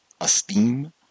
esteem